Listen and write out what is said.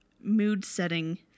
mood-setting